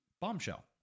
bombshell